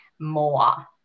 more